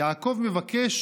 יעקב מבקש